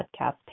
podcast